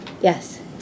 Yes